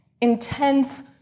intense